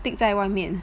thick 在外面